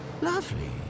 Lovely